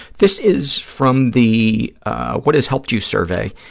this is from the what has helped you survey,